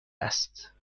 است